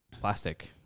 plastic